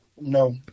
No